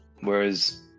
whereas